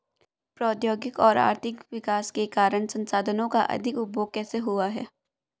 प्रौद्योगिक और आर्थिक विकास के कारण संसाधानों का अधिक उपभोग कैसे हुआ है?